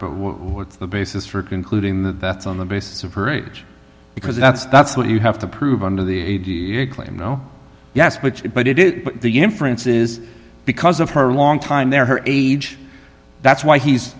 but what's the basis for concluding that that's on the basis of her age because that's that's what you have to prove under the claim no yes which but it is the inference is because of her long time there her age that's why he's